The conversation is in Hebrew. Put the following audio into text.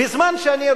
ובזמן שאני,